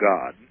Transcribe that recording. God